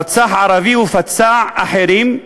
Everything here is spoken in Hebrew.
רצח ערבי ופצע אחרים,